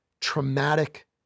traumatic